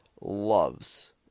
loves